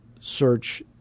Search